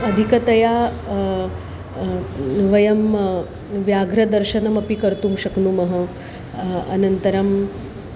अधिकतया वयं व्याघ्रदर्शनमपि कर्तुं शक्नुमः अनन्तरम्